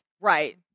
Right